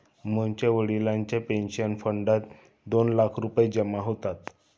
मोहनच्या वडिलांच्या पेन्शन फंडात दोन लाख रुपये जमा होतात